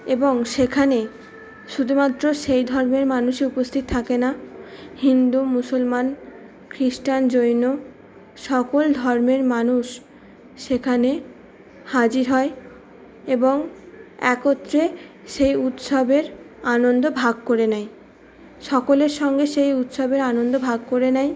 এবং সেখানে শুধুমাত্র সেই ধর্মের মানুষই উপস্থিত থাকে না হিন্দু মুসলমান খ্রিস্টান জৈন সকল ধর্মের মানুষ সেখানে হাজির হয় এবং একত্রে সেই উৎসবের আনন্দ ভাগ করে নেয় সকলের সঙ্গে সেই উৎসবের আনন্দ ভাগ করে নেয়